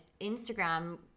Instagram